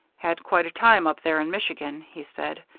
had quite a time up there in michigan, he said.